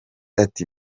ati